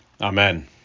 amen